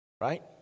Right